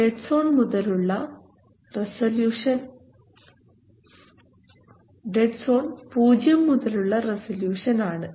dead zone 0 മുതലുള്ള resolution ആണ്